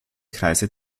kreise